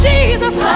Jesus